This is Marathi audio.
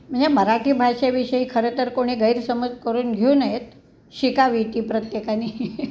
म्हणजे मराठी भाषेविषयी खरंतर कोणी गैरसमज करून घेऊ नयेत शिकावी ती प्रत्येकाने